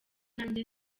nanjye